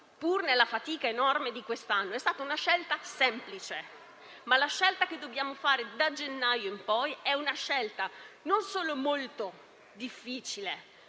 pur nella fatica enorme di quest'anno, è stata una scelta semplice, ma la scelta che dobbiamo fare, da gennaio in poi, è molto difficile,